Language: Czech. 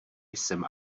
jsem